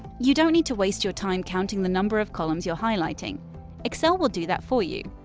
you don't need to waste your time counting the number of columns you're highlighting excel will do that for you!